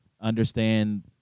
understand